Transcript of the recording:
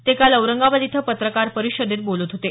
ते काल औरंगाबाद इथं पत्रकार परिषदेत बोलत होते